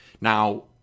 Now